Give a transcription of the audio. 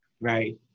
right